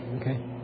okay